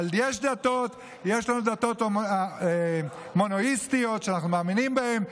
אבל יש לנו דתות מונותאיסטיות שאנחנו מאמינים בהן.